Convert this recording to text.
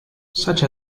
such